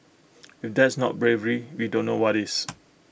if that's not bravery we don't know what is